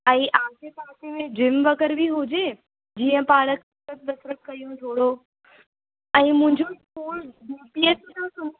ऐं आसे पासे में जिम वग़ैरह बि हुजे जीअं पाण कसरत वसरत कयूं थोरो ऐं मुंहिंजो school D P S school